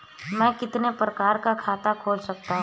मैं कितने प्रकार का खाता खोल सकता हूँ?